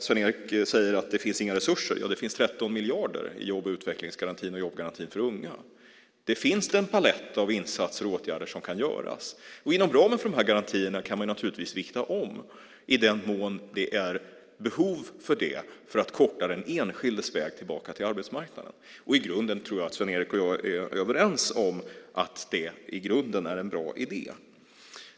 Sven-Erik säger att det inte finns resurser. Det finns 13 miljarder i jobb och utvecklingsgarantin och i jobbgarantin för unga. Det finns en palett av insatser och åtgärder. Inom ramen för dessa garantier kan man naturligtvis vikta om i den mån det finns behov av det för att korta den enskildes väg tillbaka till arbetsmarknaden. I grunden tror jag att Sven-Erik och jag är överens om att det är en bra idé.